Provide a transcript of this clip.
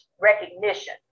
recognition